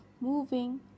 moving